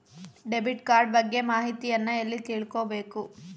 Debit card ಬಗ್ಗೆ ಮಾಹಿತಿಯನ್ನ ಎಲ್ಲಿ ತಿಳ್ಕೊಬೇಕು?